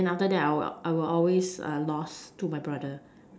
then after that I'll always lost to my brother